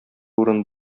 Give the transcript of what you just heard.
урын